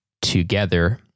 together